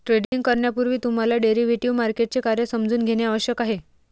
trading करण्यापूर्वी तुम्हाला derivative मार्केटचे कार्य समजून घेणे आवश्यक आहे